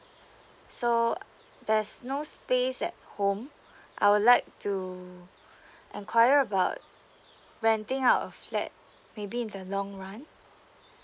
so there's no space at home I would like to enquire about renting out a flat maybe in the long run